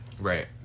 Right